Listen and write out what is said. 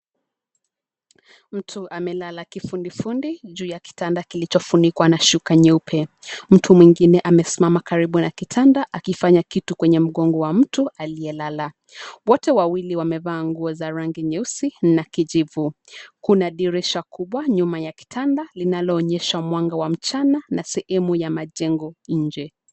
Mtu amelala kifudifudi juu ya kitanda kilichafunikwa na shuka nyeupe. Mtu mwingine amesimama karibu na kitanda akifanya kitu kwenye mgongo wa mtu aliyelala. Wote wawili wamevaa nguo za rangi nyeusi na kijivu. Kuna dirisha kubwa nyuma ya kitanda linaloonyesha mwanga wa mchana, na sehemu ya majengo nje.